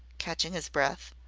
catching his breath,